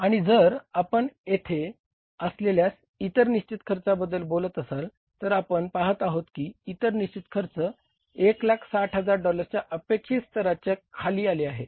आणि जर आपण येथे असलेल्या इतर निश्चित खर्चाबद्दल बोलत असाल तर आपण पाहत आहोत की इतर निश्चित खर्च 160000 डॉलर्सच्या अपेक्षित स्तराच्या खाली आले आहे